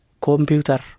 Computer